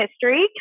history